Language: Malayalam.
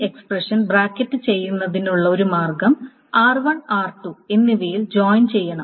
ഈ എക്സ്പ്രഷൻ ബ്രാക്കറ്റ് ചെയ്യുന്നതിനുള്ള ഒരു മാർഗ്ഗം r1 r2 എന്നിവയിൽ ജോയിൻ ചെയ്യണം